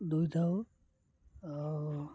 ଧୋଇଦେଉ ଆଉ